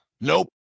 Nope